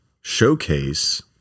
showcase